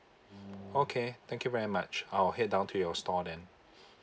okay thank you very much I'll head down to your store then